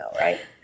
right